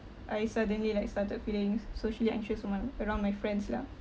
I suddenly like started feelings socially anxious around around my friends lah